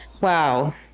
wow